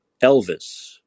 Elvis